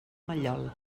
mallol